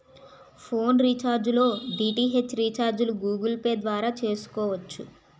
phone recharge లో DTH రీఛార్జిలు Google Pay ద్వారా చేసుకోవచ్చు